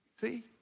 See